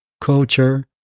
culture